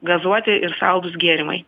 gazuoti ir saldūs gėrimai